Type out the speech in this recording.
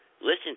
Listen